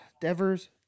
Devers